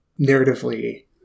narratively